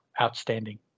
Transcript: outstanding